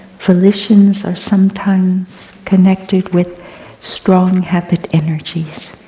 volitions are sometimes connected with strong habit energies.